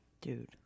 Dude